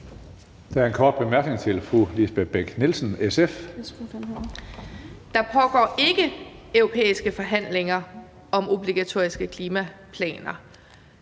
Bech-Nielsen, SF. Kl. 15:31 Lisbeth Bech-Nielsen (SF): Der pågår ikke europæiske forhandlinger om obligatoriske klimaplaner.